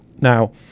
Now